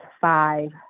five